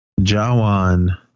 Jawan